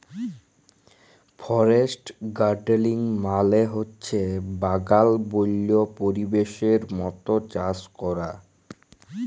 forest গাড়েলিং মালে হছে বাগাল বল্য পরিবেশের মত চাষ ক্যরা